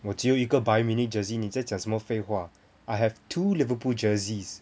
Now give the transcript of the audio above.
我只有一个 Bayern Munich jersey 你在讲什么废话 I have two Liverpool jerseys